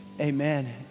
Amen